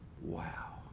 Wow